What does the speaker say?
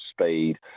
speed